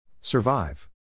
Survive